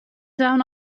down